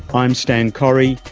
i'm stan correy,